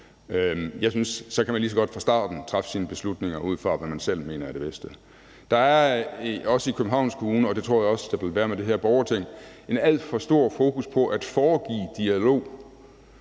Jeg synes, at man så lige så godt fra starten kan træffe sine beslutninger ud fra, hvad man selv mener er det bedste. Der er i Københavns Kommune, og det tror jeg også der vil være med det her borgerting, en alt for stor fokus på at foregive dialog,